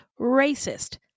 racist